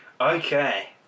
Okay